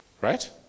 right